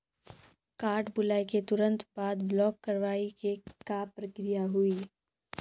Card भुलाए के तुरंत बाद ब्लॉक करवाए के का प्रक्रिया हुई?